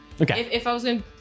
Okay